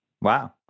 Wow